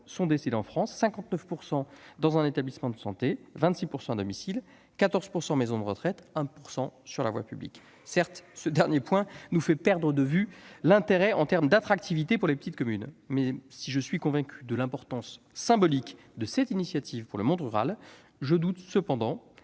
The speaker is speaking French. sont décédées en France : 59 % dans un établissement de santé, 26 % à domicile, 14 % en maison de retraite et 1 % sur la voie publique. Certes, ce dernier point nous fait perdre de vue l'intérêt de notre démarche en matière d'attractivité des petites communes ! Mais si je suis convaincu de l'importance symbolique de cette initiative pour le monde rural, je doute en